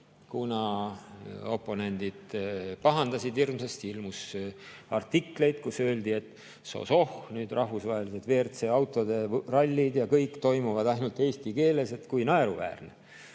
kuna oponendid pahandasid hirmsasti, ilmus artikleid, kus öeldi, et so-soh, nüüd rahvusvahelised WRC autorallid ja kõik toimuvad ainult eesti keeles, kui naeruväärne.